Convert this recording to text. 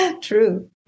True